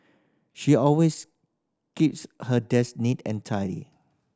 she always keeps her desk neat and tidy